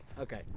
Okay